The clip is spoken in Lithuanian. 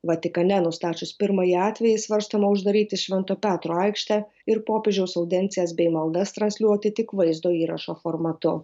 vatikane nustačius pirmąjį atvejį svarstoma uždaryti švento petro aikštę ir popiežiaus audiencijas bei maldas transliuoti tik vaizdo įrašo formatu